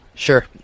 Sure